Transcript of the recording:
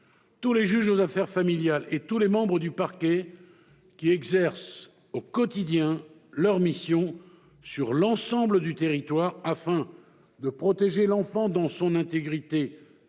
tous les juges aux affaires familiales (JAF) et tous les membres du parquet, qui exercent leurs missions au quotidien sur l'ensemble du territoire afin de protéger l'enfant dans son intégrité